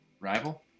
Rival